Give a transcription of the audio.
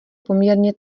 poměrně